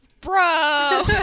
bro